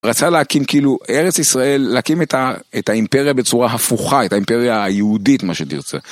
רצה להקים כאילו ארץ ישראל, להקים את האימפריה בצורה הפוכה, את האימפריה היהודית מה שתרצה.